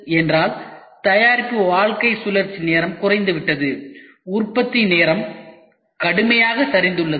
என்றால் தயாரிப்பு வாழ்க்கை சுழற்சி நேரம் குறைந்துவிட்டது உற்பத்தி நேரம் கடுமையாக சரிந்துள்ளது